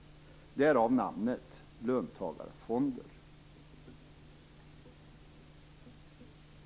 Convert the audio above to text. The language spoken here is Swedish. Därav namnet löntagarfonder.